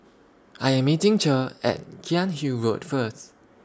I Am meeting Cher At Cairnhill Road First